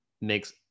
makes